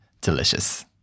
delicious